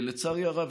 לצערי הרב,